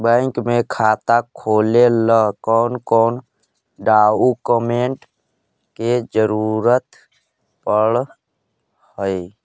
Bank में खाता खोले ल कौन कौन डाउकमेंट के जरूरत पड़ है?